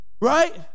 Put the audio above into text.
Right